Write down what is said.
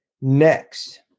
next